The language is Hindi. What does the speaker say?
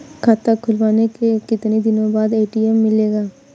खाता खुलवाने के कितनी दिनो बाद ए.टी.एम मिलेगा?